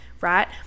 right